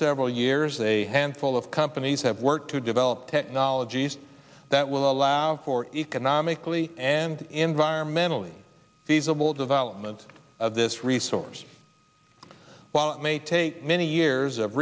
several years a handful of companies have worked to develop technologies that will allow for economically and environmentally feasible development of this resource while it may take many years of